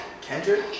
Kendrick